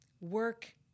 work